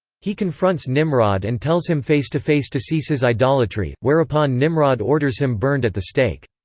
he confronts nimrod and tells him face-to-face to cease his idolatry, whereupon nimrod orders him burned at the stake.